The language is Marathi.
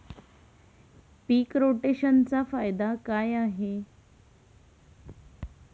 पीक रोटेशनचा फायदा काय आहे?